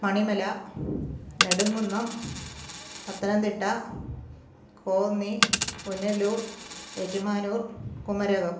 Manimala Nedumkunnam Pathanamthitta Konni Punalur Ettumanoor Kumarakom